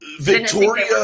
Victoria